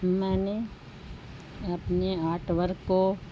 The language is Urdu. میں نے اپنے آرٹ ورک کو